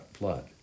blood